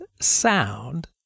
sound